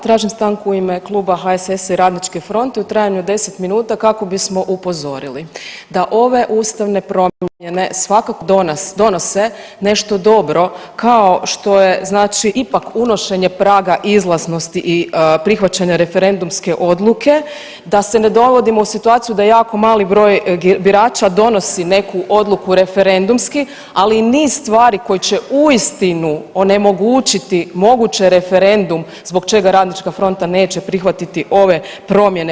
Tražim stanku u ime Kluba HSS-a i Radničke fronte u trajanju od 10 minuta kako bismo upozorili da ove ustavne promjene svakako donose nešto dobro kao što je znači ipak unošenje praga izlaznosti i prihvaćanja referendumske odluke da se ne dovodimo u situaciju da jako mali broj birača donosi neku odluku referendumski ali i niz stvari koji će uistinu onemogućiti moguće referendum zbog čega Radnička fronta neće prihvatiti ove promjene.